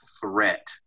threat